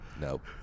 Nope